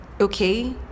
okay